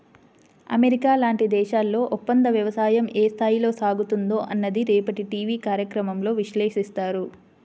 America లాంటి దేశాల్లో ఒప్పందవ్యవసాయం ఏ స్థాయిలో సాగుతుందో అన్నది రేపటి టీవీ కార్యక్రమంలో విశ్లేషిస్తారు